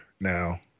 now